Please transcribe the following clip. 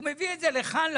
הוא מביא את זה לכאן לוועדה.